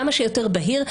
כמה שיותר בהיר.